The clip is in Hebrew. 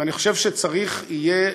אני חושב שצריך יהיה,